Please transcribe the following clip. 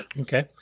Okay